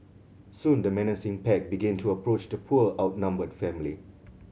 soon the menacing pack began to approach the poor outnumbered family